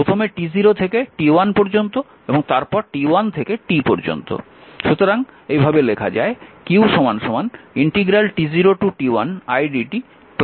প্রথমে t0 থেকে t1 পর্যন্ত এবং তারপর t1 থেকে t পর্যন্ত